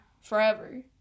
forever